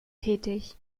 tätig